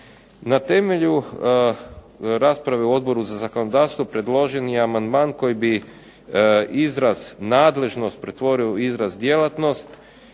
Na temelju rasprave u Odboru za zakonodavstvo predloženi amandman koji bi izraz nadležnost pretvorio u izraz djelatnost